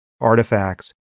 artifacts